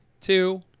two